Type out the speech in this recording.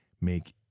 make